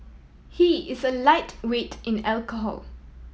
he is a lightweight in alcohol